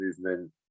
movement